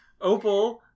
Opal